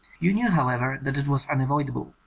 you knew, however, that it was unavoidable.